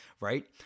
Right